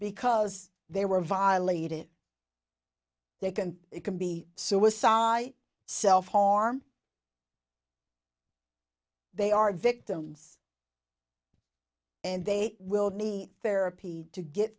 because they were violated they can it can be suicide self harm they are victims and they will need therapy to get